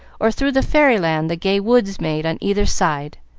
or through the fairyland the gay woods made on either side.